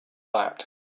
that